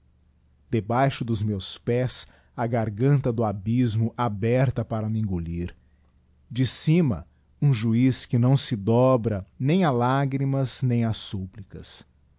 debaixo dos meus pés a garganta do abysmo aberta para me engolir de cima um juiz que não se dobra nem a lagrimas nem a supplicas